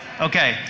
Okay